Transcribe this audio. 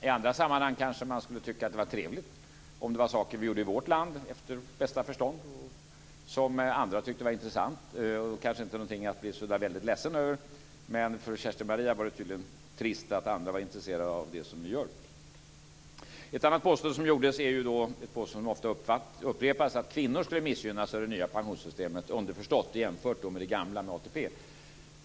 I andra sammanhang kanske man skulle tycka att det var trevligt om andra tyckte att saker som vi gör i vårt land efter bästa förstånd var intressant och ingenting att bli så där väldigt ledsen över. Men för Kerstin Maria Stalin var det tydligen trist att andra var intresserade av det som vi gör. Ett annat påstående som gjordes, vilket ofta upprepas, är att kvinnor skulle missgynnas av det nya pensionssystemet, underförstått jämfört med det gamla med ATP.